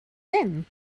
then